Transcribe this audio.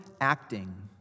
acting